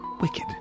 wicked